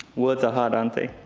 word's are hard aren't they?